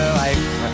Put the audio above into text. life